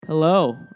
Hello